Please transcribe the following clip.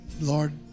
Lord